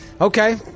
Okay